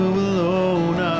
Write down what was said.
alone